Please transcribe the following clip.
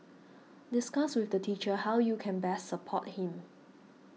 discuss with the teacher how you can best support him